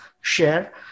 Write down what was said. share